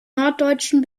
norddeutschen